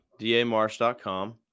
damarsh.com